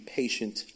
patient